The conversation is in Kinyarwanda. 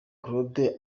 claude